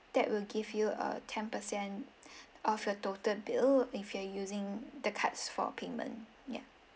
that will give you a ten percent of your total bill if you're using the cards for payment yeah